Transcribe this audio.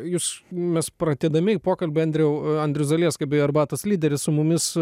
jūs mes pradėdami pokalbį andriau andrius zalieska beje arbatos lyderis su mumis